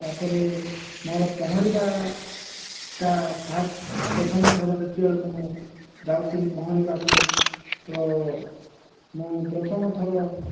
ତାପରେ ମୋର ପହଁରିବାଟା ଫାଷ୍ଟ ପ୍ରଥମ ଥର ଯେତିକବେଳେ ମୁଁ ଯାଉଥିଲି ପହଁରିବାକୁ ତ ମୁଁ ପ୍ରଥମଥର